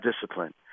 discipline